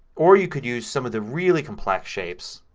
or you can use some of the really complex shapes